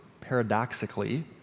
paradoxically